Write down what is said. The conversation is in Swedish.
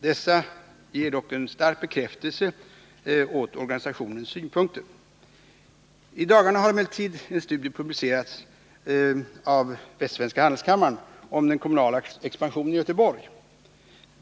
Dessa ger dock stark bekräftelse åt organisationens synpunkter. I dagarna har emellertid en studie publicerats av Västsvenska Handelskammaren om den kommunala expansionen i Göteborg.